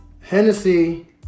Hennessy